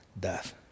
death